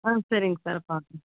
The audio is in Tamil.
ஆ சரிங்க சார் பாக்கலாம்